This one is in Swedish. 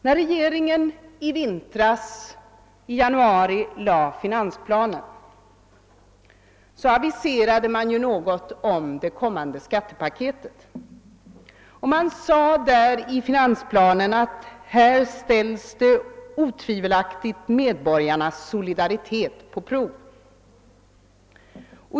När regeringen i januari lade fram finansplanen aviserade man också det kommande skattepaketet och sade att medborgarnas solidaritet otvivelaktigt skulle ställas på prov.